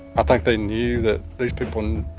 i think they knew that these people